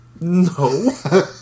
No